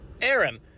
Aaron